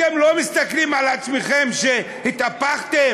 אתם לא מסתכלים על עצמכם שהתהפכתם?